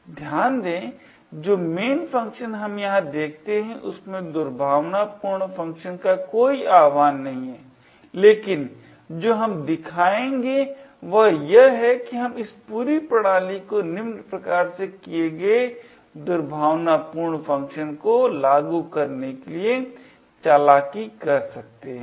ध्यान दें जो main फंक्शन हम यहां देखते हैं उसमें दुर्भावनापूर्ण फ़ंक्शन का कोई आह्वान नहीं है लेकिन जो हम दिखाएंगे वह यह है कि हम इस पूरी प्रणाली को निम्न प्रकार से किए गए दुर्भावनापूर्ण फ़ंक्शन को लागू करने के लिए चालाकी कर सकते हैं